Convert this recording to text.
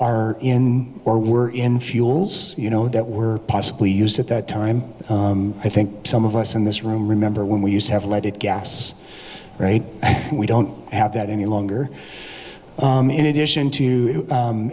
are in or were in fuels you know that were possibly used at that time i think some of us in this room remember when we used to have let it gas we don't have that any longer in addition to